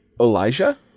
Elijah